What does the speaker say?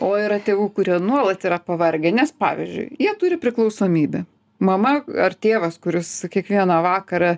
o yra tėvų kurie nuolat yra pavargę nes pavyzdžiui jie turi priklausomybę mama ar tėvas kuris kiekvieną vakarą